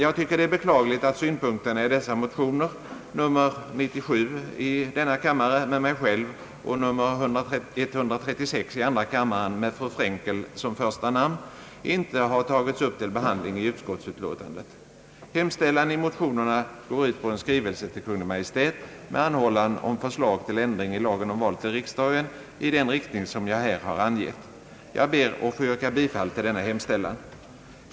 Jag tycker det är beklagligt att synpunkterna i dessa motioner — 1:97 med mig själv och II: 136 med fru Frenkel som första namn — inte har tagits upp till behandling i utskottsutlåtandet. Hemställan i motionen går ut på en skrivelse till Kungl. Maj:t med anhållan om förslag till ändring i lagen om val till riksdagen i den riktning som jag här har angett. Jag ber att få yrka bifall till denna hemställan.